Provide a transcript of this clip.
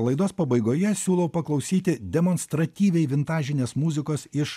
laidos pabaigoje siūlau paklausyti demonstratyviai vintažinės muzikos iš